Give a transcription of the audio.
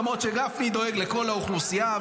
למרות שגפני דואג לכל האוכלוסייה,